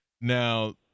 Now